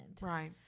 Right